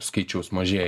skaičiaus mažėja